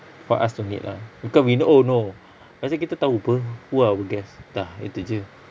for us to make ah because we know oh no pasal kita tahu [pe] who are our guests dah itu jer